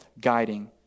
guiding